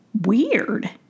weird